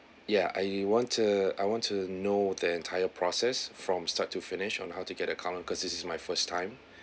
ya I want to I want to know the entire process from start to finish on how to get a car loan because this is my first time